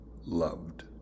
loved